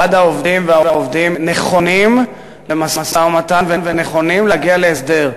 ועד העובדים והעובדים נכונים למשא-ומתן ונכונים להגיע להסדר.